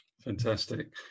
Fantastic